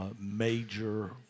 major